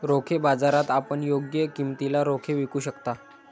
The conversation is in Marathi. रोखे बाजारात आपण योग्य किमतीला रोखे विकू शकता